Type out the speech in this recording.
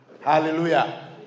Hallelujah